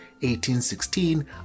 1816